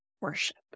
worship